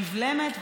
נבלמת,